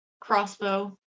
crossbow